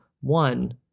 one